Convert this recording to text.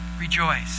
Rejoice